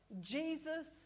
Jesus